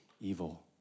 evil